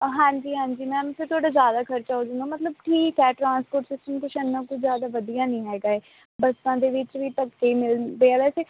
ਹਾਂਜੀ ਹਾਂਜੀ ਮੈਮ ਫਿਰ ਤੁਹਾਡਾ ਜ਼ਿਆਦਾ ਖਰਚਾ ਹੋਜੂ ਮਤਲਬ ਠੀਕ ਹੈ ਟ੍ਰਾਂਸਪੋਰਟ ਸਿਸਟਮ ਕੁਛ ਇੰਨਾਂ ਕੁਛ ਜ਼ਿਆਦਾ ਵਧੀਆ ਨਹੀਂ ਹੈਗਾ ਹੈ ਬੱਸਾਂ ਦੇ ਵਿੱਚ ਵੀ ਧੱਕੇ ਹੀ ਮਿਲਦੇ ਆ ਵੈਸੇ